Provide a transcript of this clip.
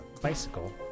bicycle